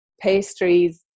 pastries